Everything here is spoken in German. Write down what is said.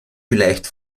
vielleicht